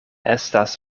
estas